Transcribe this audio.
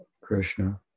Krishna